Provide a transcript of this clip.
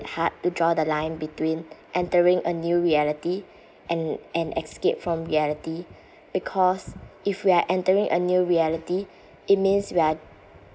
hard to draw the line between entering a new reality and an escape from reality because if we are entering a new reality it means we are